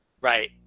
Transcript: Right